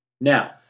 Now